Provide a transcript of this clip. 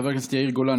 חבר הכנסת יאיר גולן,